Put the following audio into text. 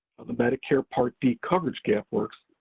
the medicare part d coverage gap works,